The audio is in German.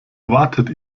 wartet